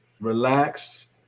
Relax